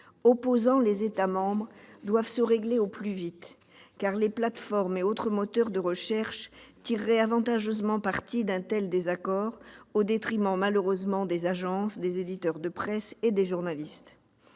opposant les États membres doivent se régler au plus vite, car les plateformes et autres moteurs de recherche tireraient avantageusement parti de tels désaccords au détriment, malheureusement, des agences, des éditeurs de presse et des journalistes.